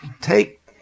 Take